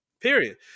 Period